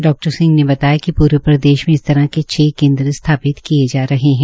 डॉ सिंह ने बताया कि पूरे प्रदेश में इस तरह के छ केन्द्र स्थापित किए जा रहे है